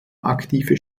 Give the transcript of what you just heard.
aktive